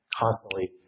constantly